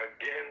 again